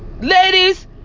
Ladies